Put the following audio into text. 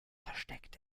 versteckt